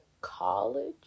college